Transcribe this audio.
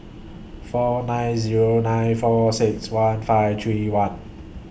four nine Zero nine four six one five three one